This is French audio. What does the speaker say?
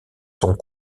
sont